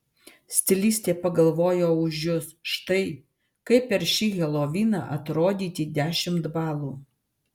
stilistė pagalvojo už jus štai kaip per šį heloviną atrodyti dešimt balų